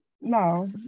no